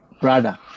brother